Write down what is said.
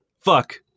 Fuck